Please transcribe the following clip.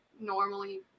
normally